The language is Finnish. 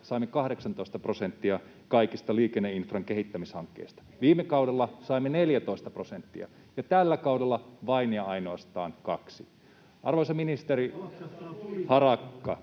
saimme 18 prosenttia kaikista liikenneinfran kehittämishankkeista. Viime kaudella saimme 14 prosenttia ja tällä kaudella vain ja ainoastaan 2. [Jari